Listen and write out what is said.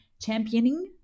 Championing